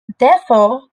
therefore